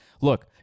look